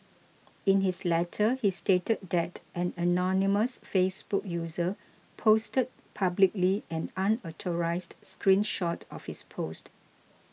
in his letter he stated that an anonymous Facebook user posted publicly an unauthorised screen shot of his post